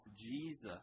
Jesus